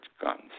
guns